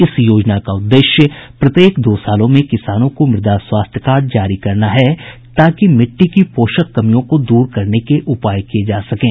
इस योजना का उद्देश्य प्रत्येक दो सालों में किसानों को मृदा स्वास्थ्य कार्ड जारी करना है ताकि मिट्टी की पोषक कमियों को दूर करने के उपाय किये जा सकें